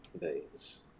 days